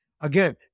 Again